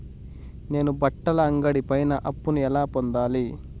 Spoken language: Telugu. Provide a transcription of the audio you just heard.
నేను బట్టల అంగడి పైన అప్పును ఎలా పొందాలి?